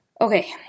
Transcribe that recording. Okay